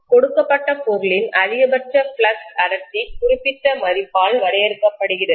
கொடுக்கப்பட்ட பொருளின் அதிகபட்ச ஃப்ளக்ஸ் அடர்த்தி குறிப்பிட்ட மதிப்பால் வரையறுக்கப்படுகிறது